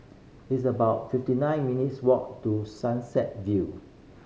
it's about fifty nine minutes' walk to Sunset View